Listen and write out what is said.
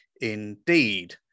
indeed